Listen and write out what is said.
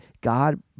God